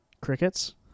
Crickets